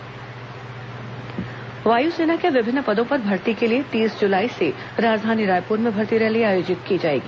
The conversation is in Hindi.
वायुसेना भर्ती रैली वायुसेना के विभिन्न पदों पर भर्ती के लिए तीस जुलाई से राजधानी रायपुर में भर्ती रैली आयोजित की जाएगी